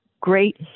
great